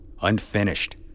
unfinished